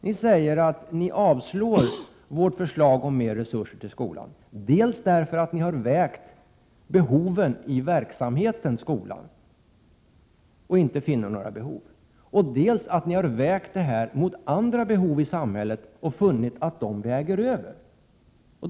Ni säger att ni avstyrker vårt förslag om mer resurser till skolan dels därför att ni har vägt behoven i skolans verksamhet och inte funnit någon anledning till bifall, dels därför att ni har jämfört dessa anspråk med andra behov i samhället och funnit att de senare väger över.